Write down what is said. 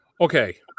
okay